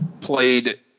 played